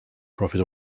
profit